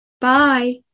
Bye